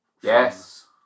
Yes